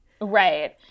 Right